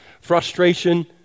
frustration